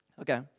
Okay